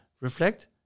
reflect